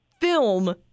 film